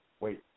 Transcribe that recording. Wait